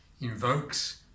invokes